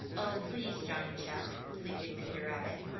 oh, please, johnny chuck, pleaded peter rabbit.